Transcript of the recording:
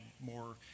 more